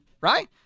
right